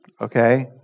Okay